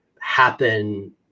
happen